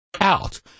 out